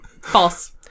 False